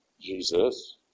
Jesus